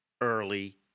early